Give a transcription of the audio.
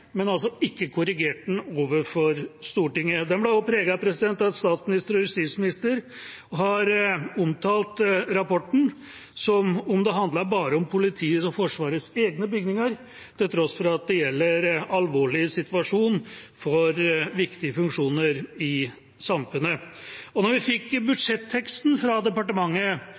men korrigerte den ikke overfor Stortinget. Debatten ble også preget av at statsminister og justisminister har omtalt rapporten som om det bare handlet om politiets og Forsvarets egne bygninger, til tross for at det gjelder en alvorlig situasjon for viktige funksjoner i samfunnet. Da vi fikk budsjetteksten fra departementet,